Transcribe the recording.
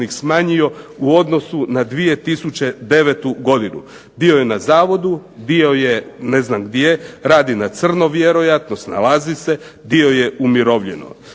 smanjio u odnosu na 2009. godinu. Dio je na zavodu, dio je ne znam gdje, radi na crno vjerojatno, snalazi se. Dio je umirovljeno.